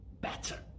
better